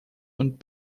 und